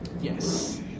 yes